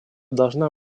должна